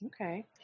Okay